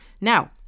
Now